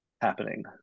happening